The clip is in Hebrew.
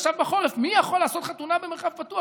עכשיו בחורף, מי יכול לעשות חתונה במרחב פתוח?